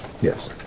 Yes